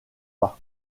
pas